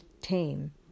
tame